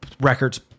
Records